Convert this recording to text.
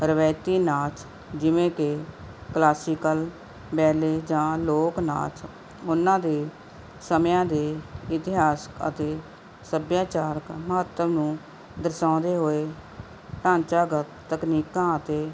ਰਵਾਇਤੀ ਨਾਚ ਜਿਵੇਂ ਕਿ ਕਲਾਸੀਕਲ ਬੈਲੇ ਜਾਂ ਲੋਕ ਨਾਚ ਉਹਨਾਂ ਦੇ ਸਮਿਆਂ ਦੇ ਇਤਿਹਾਸਕ ਅਤੇ ਸੱਭਿਆਚਾਰਕ ਮਹੱਤਵ ਨੂੰ ਦਰਸਾਉਂਦੇ ਹੋਏ ਢਾਂਚਾਗਤ ਤਕਨੀਕਾਂ ਅਤੇ